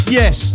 yes